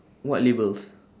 what labels